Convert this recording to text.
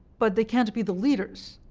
but they can't be the leaders,